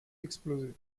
exploser